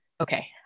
okay